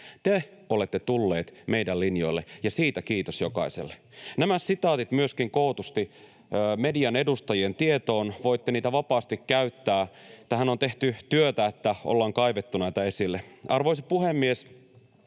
Te olette tulleet meidän linjoillemme, ja siitä kiitos jokaiselle. Nämä sitaatit myöskin kootusti median edustajien tietoon — voitte niitä vapaasti käyttää. Tähän on tehty työtä, kun ollaan kaivettu näitä esille. Arvoisa puhemies!